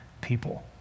people